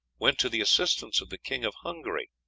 went to the assistance of the king of hungary,